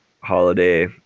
holiday